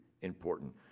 important